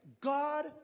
God